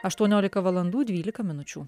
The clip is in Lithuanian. aštuoniolika valandų dvylika minučių